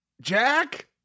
Jack